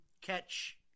catch